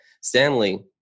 Stanley